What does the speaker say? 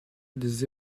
des